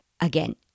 Again